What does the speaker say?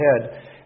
head